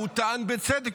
והוא טען בצדק,